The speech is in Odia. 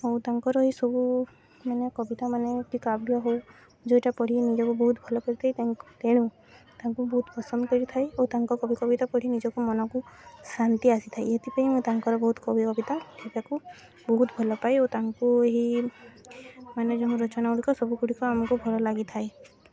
ଆଉ ତାଙ୍କର ଏହି ସବୁ ମାନେ କବିତା ମାନେ କି କାବ୍ୟ ହଉ ଯେଉଁଟା ପଢ଼ି ନିଜକୁ ବହୁତ ଭଲ କରିଥାଏ ତେଣୁ ତାଙ୍କୁ ବହୁତ ପସନ୍ଦ କରିଥାଏ ଓ ତାଙ୍କ କବି କବିତା ପଢ଼ି ନିଜକୁ ମନକୁ ଶାନ୍ତି ଆସିଥାଏ ଏଥିପାଇଁ ମୁଁ ତାଙ୍କର ବହୁତ କବି କବିତା ଦେବାକୁ ବହୁତ ଭଲ ପାଏ ଓ ତାଙ୍କୁ ଏହି ମାନେ ଯୋଉଁ ରଚନା ଗୁଡ଼ିକ ସବୁଗୁଡ଼ିକ ଆମକୁ ଭଲ ଲାଗିଥାଏ